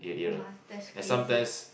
!wah! that's crazy